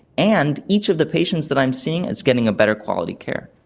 and each of the patients that i'm seeing is getting a better quality care.